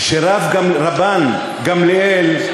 כשרבן גמליאל,